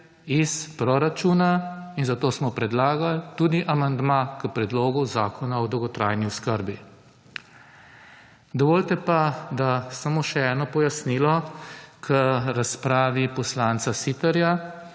iz proračuna, in zato smo predlagali tudi amandma k predlogu zakona o dolgotrajni oskrbi. Dovolite pa, da samo še eno pojasnilo k razpravi poslanca Siterja,